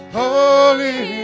holy